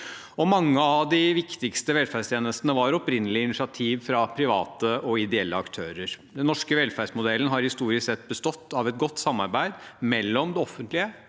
Mange av de viktigste velferdstjenestene var opprinnelig initiativ fra private og ideelle aktører. Den norske velferdsmodellen har historisk sett bestått av et godt samarbeid mellom det offentlige